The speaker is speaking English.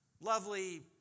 lovely